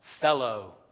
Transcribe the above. fellow